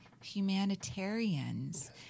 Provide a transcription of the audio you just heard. humanitarians